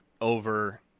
over